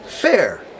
Fair